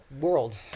world